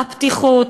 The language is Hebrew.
הפתיחות,